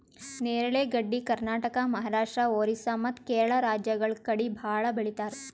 ನೇರಳೆ ಗಡ್ಡಿ ಕರ್ನಾಟಕ, ಮಹಾರಾಷ್ಟ್ರ, ಓರಿಸ್ಸಾ ಮತ್ತ್ ಕೇರಳ ರಾಜ್ಯಗಳ್ ಕಡಿ ಭಾಳ್ ಬೆಳಿತಾರ್